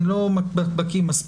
אני לא בקי מספיק.